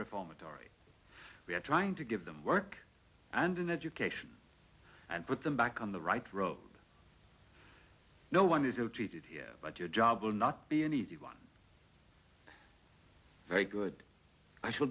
reformatory we are trying to give them work and an education and put them back on the right road no one is ill treated here but your job will not be an easy one very good i s